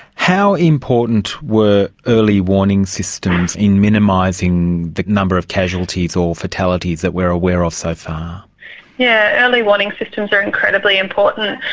how important were early warning systems in minimising the number of casualties or fatalities that we are aware of so but yeah early warning systems are incredibly important.